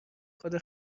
خدا